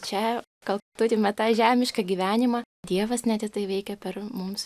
čia gal turime tą žemišką gyvenimą dievas net į tai veikia per mums